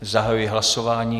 Zahajuji hlasování.